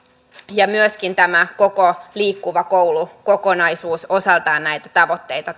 ja myöskin tämä koko liikkuva koulu kokonaisuus osaltaan näitä tavoitteita